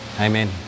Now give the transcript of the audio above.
Amen